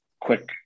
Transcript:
quick